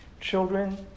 children